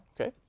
Okay